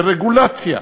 ברגולציה,